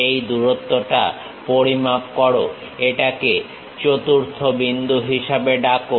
এই দূরত্বটা পরিমাপ করো এটাকে 4 র্থ বিন্দু হিসাবে ডাকো